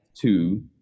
Two